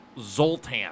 Zoltan